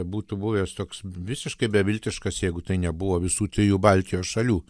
būtų buvęs toks visiškai beviltiškas jeigu tai nebuvo visų trijų baltijos šalių